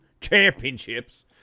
championships